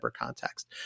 context